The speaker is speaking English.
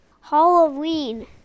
Halloween